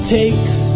takes